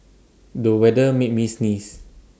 the weather made me sneeze